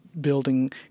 building